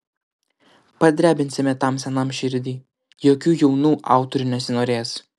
padrebinsime tam senam širdį jokių jaunų autorių nesinorės